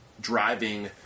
driving